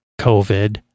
COVID